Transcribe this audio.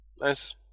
Nice